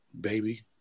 Baby